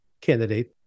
candidate